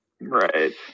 Right